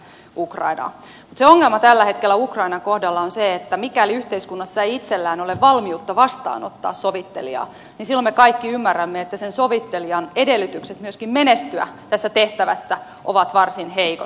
mutta se ongelma tällä hetkellä ukrainan kohdalla on se että mikäli yhteiskunnalla ei itsellään ole valmiutta vastaanottaa sovittelijaa niin me kaikki ymmärrämme että silloin myöskin sen sovittelijan edellytykset menestyä tässä tehtävässä ovat varsin heikot